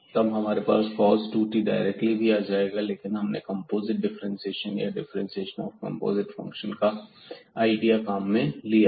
यहां हमारे पास cos 2t डायरेक्टली भी आ जाएगा लेकिन हमने कंपोज़िट डिफ्रेंशिएशन या डिफ्रेंशिएशन ऑफ कंपोज़िट फंक्शन का आईडिया काम में लिया है